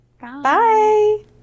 Bye